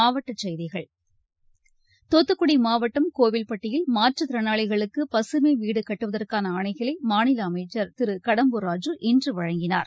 மாவட்டக் செய்திகள் தூத்துக்குடி மாவட்டம் கோவில்பட்டியில் மாற்றுத்திறனாளிகளுக்கு பசுமை வீடு கட்டுவதற்கான ஆணைகளை மாநில அமைச்சர் திரு கடம்பூர் ராஜு இன்று வழங்கினார்